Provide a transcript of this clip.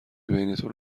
بینتون